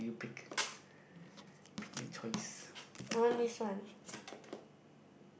let you pick